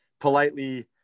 politely